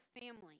family